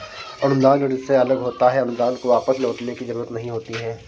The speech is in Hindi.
अनुदान ऋण से अलग होता है अनुदान को वापस लौटने की जरुरत नहीं होती है